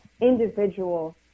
individual